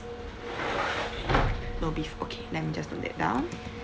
no beef okay let me just note that down